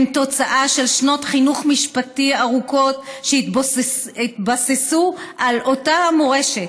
הם תוצאה של שנות חינוך משפטי ארוכות שהתבססו על אותה המורשת: